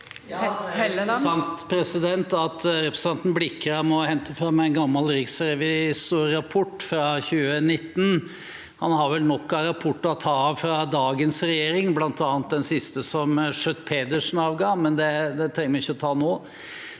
Det er interessant at representanten Blikra må hente fram en gammel riksrevisjonsrapport fra 2020. Han har vel nok av rapporter å ta av fra dagens regjering, bl.a. den siste som Schjøtt-Pedersen lagde, men det trenger vi ikke ta nå.